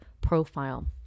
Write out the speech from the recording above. profile